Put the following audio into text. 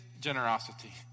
generosity